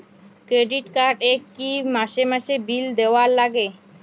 Credit card এ কি মাসে মাসে বিল দেওয়ার লাগে?